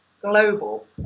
global